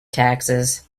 taxes